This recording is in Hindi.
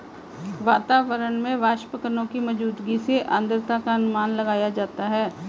वातावरण में वाष्पकणों की मौजूदगी से आद्रता का अनुमान लगाया जाता है